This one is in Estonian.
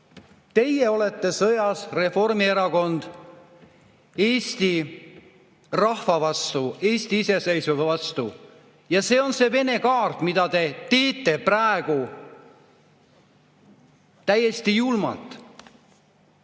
Teie olete sõjas, Reformierakond, Eesti rahva vastu, Eesti iseseisvuse vastu. See on see Vene kaart, mida te [kasutate] praegu täiesti julmalt,